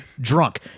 drunk